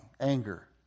anger